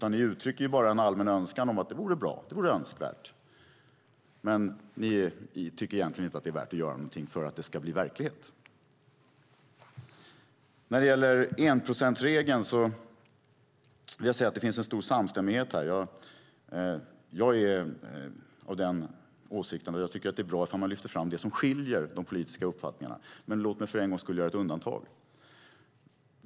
Ni uttrycker bara en allmän önskan om att det vore bra och att det vore önskvärt, men ni tycker egentligen inte att det är värt att göra någonting för att det ska bli verklighet. När det gäller enprocentsregeln vill jag säga att det finns en stor samstämmighet här. Jag är av den åsikten att det är bra ifall man lyfter fram det som skiljer de politiska uppfattningarna åt, men låt mig för en gångs skull göra ett undantag.